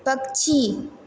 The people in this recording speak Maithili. पक्षी